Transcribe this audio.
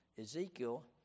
Ezekiel